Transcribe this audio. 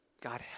God